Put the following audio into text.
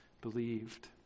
believed